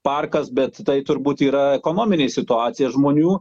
parkas bet tai turbūt yra ekonominė situacija žmonių